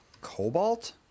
cobalt